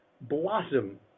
blossom